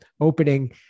opening